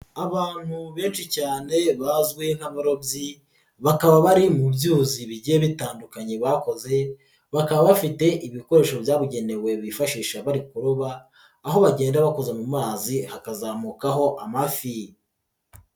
Abantu benshi cyane bazwi nk'abarobyi bakaba bari mu byuzi bigiye bitandukanye bakoze, bakaba bafite ibikoresho byabugenewe bifashisha bari kuroba aho bagenda bakoza mu mazi hakazamukaho amafi.